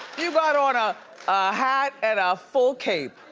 you got on a hat and a full cape.